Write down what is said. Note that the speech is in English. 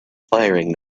firing